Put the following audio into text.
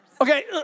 Okay